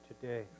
today